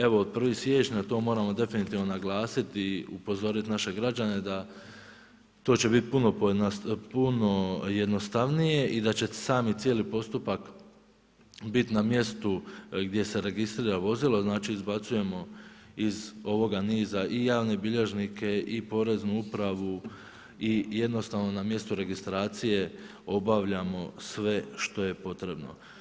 Evo, od 1.1. to moramo definitivno naglasiti i upozoriti naše građane, da to će biti puno jednostavnije i da će sami cijeli postupak, biti na mjestu gdje se registrira vozilo, znači izbacujemo iz ovoga niza i javne bilježnike i Poreznu upravu i jednostavno na mjestu registracije obavljeno sve što je potrebno.